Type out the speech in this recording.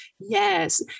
Yes